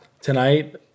Tonight